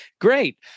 Great